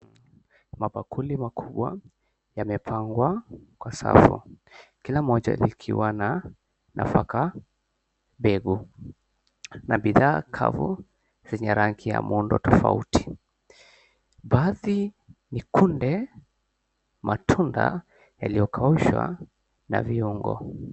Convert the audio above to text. Mabakuli makubwa yamepangwa kwa safu. Kila moja likiwa na nafaka mbegu na bidhaa kavu zenye rangi ya muundo tofauti, baadhi ni kunde, matunda yaliyokaushwa na viungo.